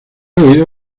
oído